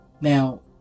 Now